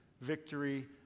victory